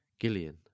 Gillian